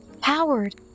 powered